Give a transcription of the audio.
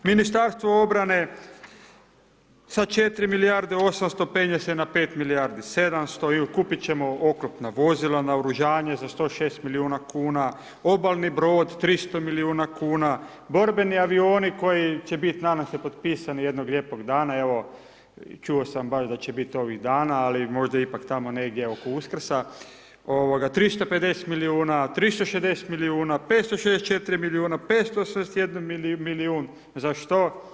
Ministarstvo obrane sa 4 milijarde 800, penje se na 5 milijardi 700 i otkupiti ćemo oklopna vozila, naoružanje za 106 milijuna kuna, obalni brod 300 milijuna kuna, borbeni avioni koji će biti, nadam se, potpisani jednog lijepog dana, evo čuo baš da će biti ovih dana, ali možda ipak tamo negdje oko Uskrsa, 350 milijuna, 360 milijuna, 564 milijuna, 561 milijun, za što?